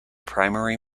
primary